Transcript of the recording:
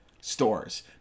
stores